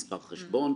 מספר חשבון,